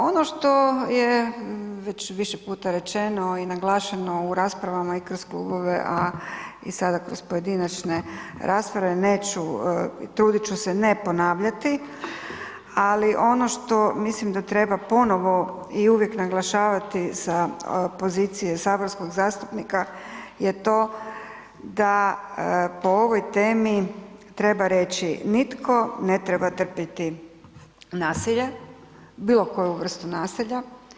Ono što je već više puta rečeno i naglašeno u raspravama i kroz klubove, a i sada kroz pojedinačne rasprave, neću, trudit ću se ne ponavljati, ali ono što mislim da treba ponovo i uvijek naglašavati sa pozicije saborskog zastupnika je to da po ovoj temi treba reći nitko ne treba trpjeti nasilje, bilo koju vrstu nasilja.